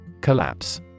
Collapse